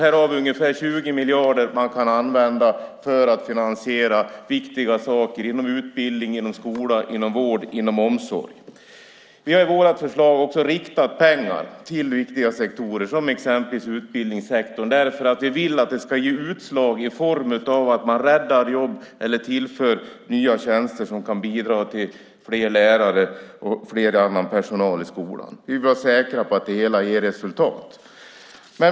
Det ger ungefär 20 miljarder som man kan använda för att finansiera viktiga saker inom utbildning, skola, vård och omsorg. Vi har i vårt förslag riktat pengar till viktiga sektorer som utbildningssektorn. Vi vill att det ska ge utslag i form av att man räddar jobb eller tillför nya tjänster som kan bidra till fler lärare och annan personal i skolan. Vi vill vara säkra på att det hela ger resultat.